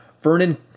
Vernon